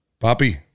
Papi